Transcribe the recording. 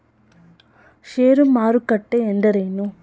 ಷೇರು ಮಾರುಕಟ್ಟೆ ಎಂದರೇನು?